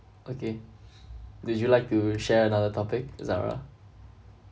okay would you like to share another topic zara